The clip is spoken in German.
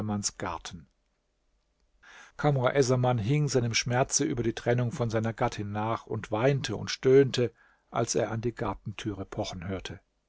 garten kamr essaman hing seinem schmerze über die trennung von seiner gattin nach und weinte und stöhnte als er an die gartentüre pochen hörte